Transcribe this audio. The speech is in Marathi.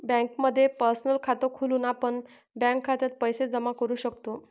बँकेमध्ये पर्सनल खात खोलून आपण बँक खात्यात पैसे जमा करू शकतो